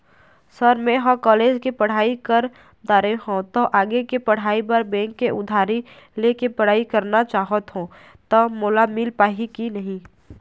Sir म ह college के पढ़ाई कर दारें हों ता आगे के पढ़ाई बर बैंक ले उधारी ले के पढ़ाई करना चाहत हों ता मोला मील पाही की नहीं?